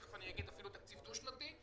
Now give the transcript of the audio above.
תכף אני אגיד אפילו תקציב דו-שנתי,